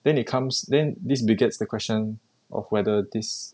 then it comes then this begets the question of whether this